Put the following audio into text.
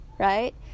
right